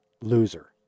loser